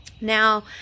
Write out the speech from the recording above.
now